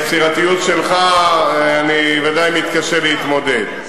עם היצירתיות שלך אני ודאי מתקשה להתמודד.